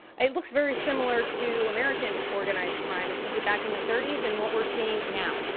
it looks very similar to american organized crime, especially back in the thirty s and what we're seeing now.